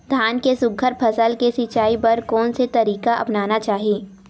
धान के सुघ्घर फसल के सिचाई बर कोन से तरीका अपनाना चाहि?